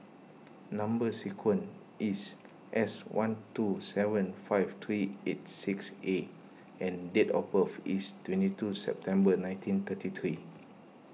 Number Sequence is S one two seven five three eights six A and date of birth is twenty two September nineteen thirty three